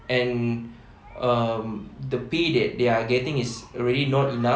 and um the pay that they are getting is already not enough